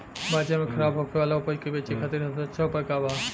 बाजार में खराब होखे वाला उपज के बेचे खातिर सबसे अच्छा उपाय का बा?